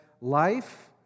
life